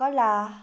कला